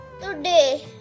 Today